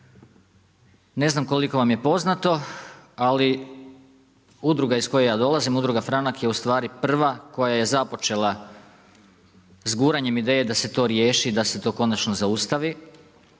Ne znam koliko vam je poznato, ali udruga iz koje ja dolazim, Udruga franak je ustvari prva koja je započela s guranjem ideje da se to riješi da se to konačno zaustavi.